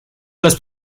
las